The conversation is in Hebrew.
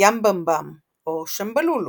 "ימבמבם" או "שמבלולו")